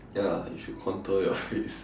ya you should contour your face